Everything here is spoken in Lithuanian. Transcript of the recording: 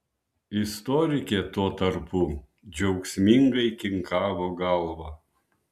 istorikė tuo tarpu džiaugsmingai kinkavo galva